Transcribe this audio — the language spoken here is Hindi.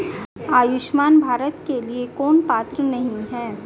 आयुष्मान भारत के लिए कौन पात्र नहीं है?